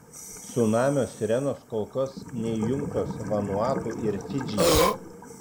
cunamio sirenos kol kas neįjungtos vanuatu ir fidžyje